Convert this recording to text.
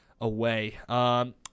away